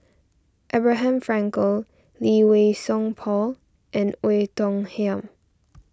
Abraham Frankel Lee Wei Song Paul and Oei Tiong Ham